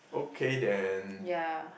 okay then